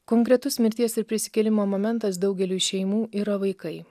konkretus mirties ir prisikėlimo momentas daugeliui šeimų yra vaikai